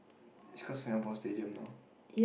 it's called Singapore Stadium now